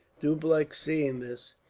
dupleix, seeing this,